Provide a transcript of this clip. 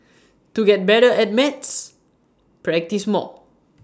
to get better at maths practise more